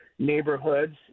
Neighborhoods